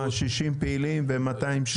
אה, 60 פעילים ו-270?